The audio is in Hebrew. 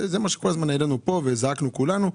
זה מה שכל הזמן העלנו פה, זרקנו כולנו.